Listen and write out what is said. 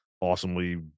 Awesomely